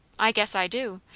i guess i do!